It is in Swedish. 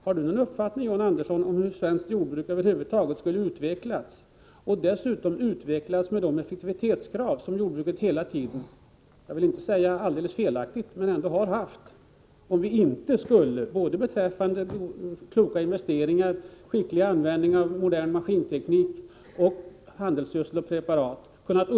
Har John Andersson någon uppfattning om hur svenskt jordbruk skulle ha kunnat uppnå de resultat som det har gjort om det inte hade funnits de krav — jag vill inte säga att de varit helt omotiverade — som jordbruket hela tiden har haft när det gäller kloka investeringar, skicklig användning av modern maskinteknik, handelsgödsel och andra preparat?